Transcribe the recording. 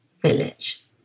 village